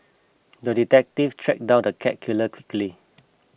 the detective tracked down the cat killer quickly